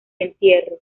entierro